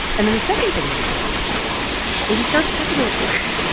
and then the second thing that he does is he starts talking to reporters and